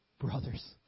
Brothers